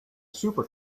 super